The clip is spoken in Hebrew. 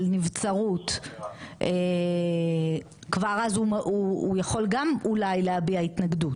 נבצרות כבר אז הוא יכול גם אולי להביע התנגדות,